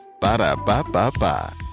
Ba-da-ba-ba-ba